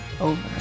over